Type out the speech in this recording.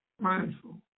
mindful